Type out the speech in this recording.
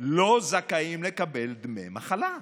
לא זכאים לקבל דמי מחלה.